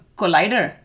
collider